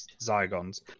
Zygons